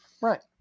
Right